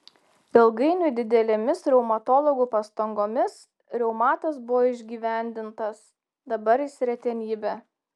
ilgainiui didelėmis reumatologų pastangomis reumatas buvo išgyvendintas dabar jis retenybė